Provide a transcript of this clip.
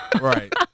right